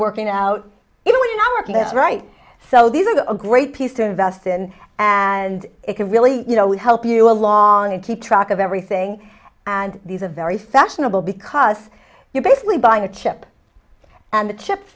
working that's right so these are a great piece to invest in and it really you know we help you along and keep track of everything and these are very fashionable because you're basically buying a chip and the chip